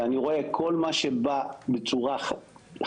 ואני רואה כל מה שבא בצורה חקיקתית,